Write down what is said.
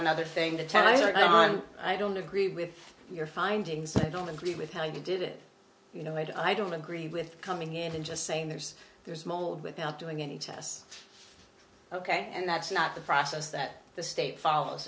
another thing the time i don't agree with your findings i don't agree with how you did it you know i don't agree with coming in and just saying there's there's mold without doing any tests ok and that's not the process that the state follows